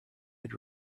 had